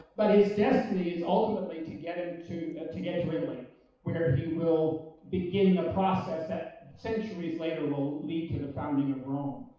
but his destiny is ultimately to get him to to get to italy where he will begin the process that centuries later will lead to the founding of rome.